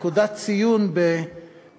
אין שר.